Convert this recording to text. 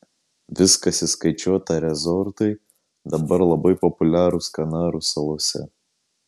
viskas įskaičiuota resortai dabar labai populiarūs kanarų salose